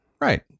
Right